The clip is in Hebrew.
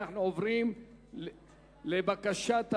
והיא תועבר לוועדת העבודה, הרווחה והבריאות.